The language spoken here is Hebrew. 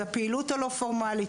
הפעילות הלא פורמאלית,